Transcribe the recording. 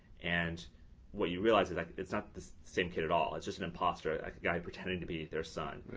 and what you realize is like it's not the same kid at all. it's just an imposter, a guy pretending to be their son.